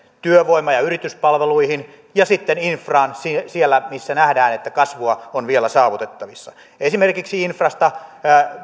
työvoima ja yrityspalveluihin ja sitten infraan siellä siellä missä nähdään että kasvua on vielä saavutettavissa esimerkiksi infrasta